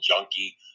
junkie